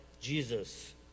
Jesus